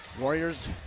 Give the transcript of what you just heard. Warriors